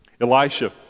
Elisha